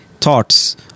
thoughts